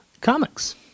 comics